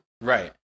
Right